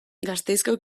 gasteizko